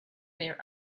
their